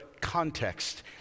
context